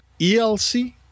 ELC